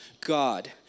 God